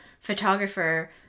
photographer